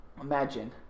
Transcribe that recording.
imagine